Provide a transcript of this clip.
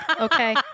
okay